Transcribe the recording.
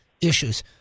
issues